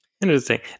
Interesting